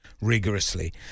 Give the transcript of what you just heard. rigorously